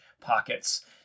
pockets